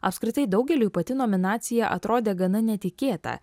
apskritai daugeliui pati nominacija atrodė gana netikėta